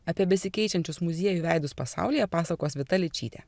apie besikeičiančius muziejų veidus pasaulyje pasakos vita ličytė